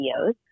videos